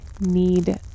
need